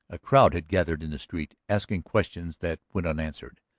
a crowd had gathered in the street, asking questions that went unanswered.